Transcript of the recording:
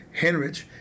Henrich